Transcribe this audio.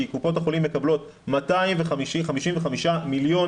כי קופות החולים מקבלות 255 מיליון